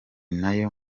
nayo